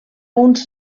uns